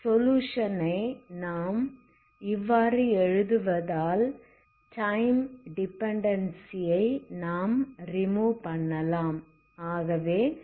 solution ஐ நாம் இவ்வாறு எழுதுவதால் டைம் டிபெண்ட்டன்சியை நாம் ரீமூவ் பண்ணலாம்